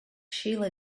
shiela